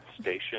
Station